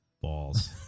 Balls